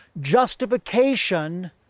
justification